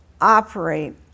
operate